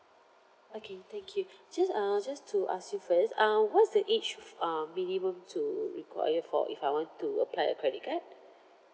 okay thank you just uh just to ask you first uh what's the age f~ uh minimum to require for if I want to apply a credit card